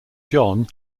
john